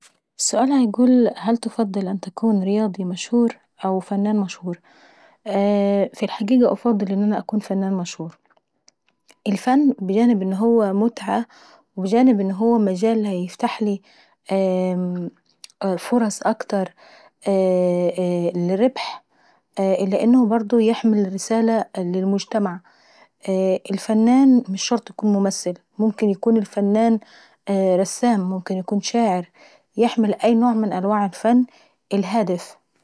السؤال بيقول هل تفضل ان تكون رياضي مشهور او فنان مشهور؟ في الحقيقة انا انفضل ان انا نكون فنان مشهور. الفن بجانب ان هو متعة وبجانب ان هو مجال هيفتحلي فرصة اكتر للربح، إلا أنه هو يعيحمل رسالة للمجتمع. الفنان مش شرط يكون ممثل ممكن رسام وممكن يكون شاعر يحمل أي نوع من أنواع الفن الهادف.